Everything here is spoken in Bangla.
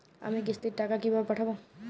আমি কিস্তির টাকা কিভাবে পাঠাব?